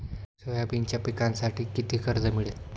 सोयाबीनच्या पिकांसाठी किती कर्ज मिळेल?